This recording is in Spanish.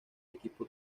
equipo